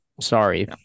Sorry